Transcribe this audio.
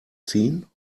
ziehen